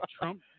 Trump –